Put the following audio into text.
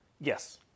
Yes